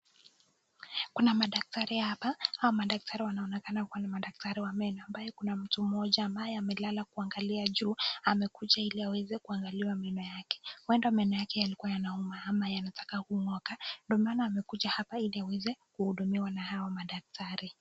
Kuna madaktari hapa. Hao madaktari wanaonekana kuwa ni madaktari wa meno ambayo kuna mtu mmoja ambaye amelala kuangalia juu amekuja ili aweze kuangaliwa meno yake. Huenda meno yake yalikuwa yanauma ama yanataka kungooka ndio maana amekuja hapa ili aweze kuhudumiwa na hao madaktari.